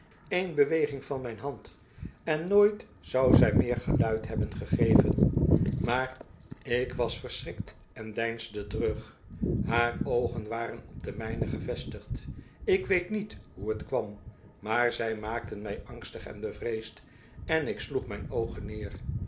een beweging van mijn hand en nooit zou zij meer geluid hebben gegeven maar ik was verschrikt en deinsde terug haar oogen waren op de mijne gevestigd ik weet niet hoe het kwam maar zij maakten mij angstig en bevreesd en ik sloeg mijn oogen neer